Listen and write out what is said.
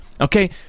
Okay